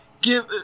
Give